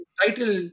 title